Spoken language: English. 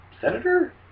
senator